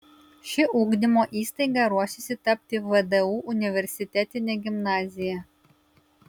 ši ugdymo įstaiga ruošiasi tapti vdu universitetine gimnazija